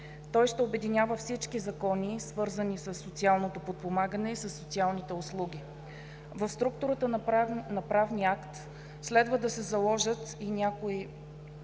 Той ще обединява всички закони, свързани със социалното подпомагане и със социалните услуги. В структурата на правния акт следва да се заложат и някои